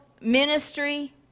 ministry